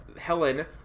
Helen